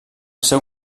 seu